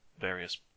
various